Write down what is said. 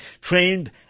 Trained